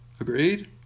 agreed